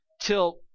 till